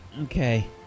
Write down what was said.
Okay